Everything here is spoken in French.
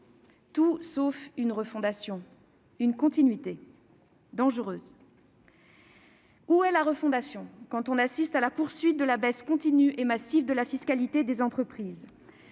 Tout sauf une refondation : une continuité, dangereuse. Où est la refondation quand on assiste à la poursuite de la baisse continue et massive de la fiscalité des entreprises ?